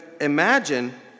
imagine